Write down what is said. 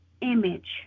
image